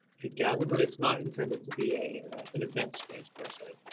together, but it's not intended to be a an event space person.